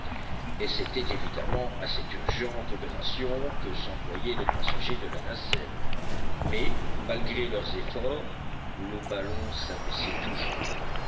et c'était évidemment à cette urgente opération que s'employaient les passagers de la nacelle mais malgré leurs efforts le ballon s'abaissait toujours